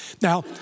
Now